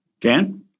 Dan